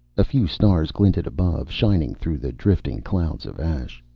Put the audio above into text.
a few stars glinted above, shining through the drifting clouds of ash.